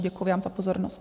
Děkuji vám za pozornost.